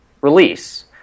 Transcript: release